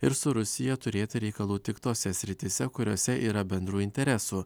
ir su rusija turėtų reikalų tik tose srityse kuriose yra bendrų interesų